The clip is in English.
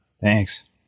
Thanks